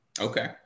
Okay